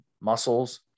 muscles